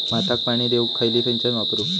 भाताक पाणी देऊक खयली सिंचन वापरू?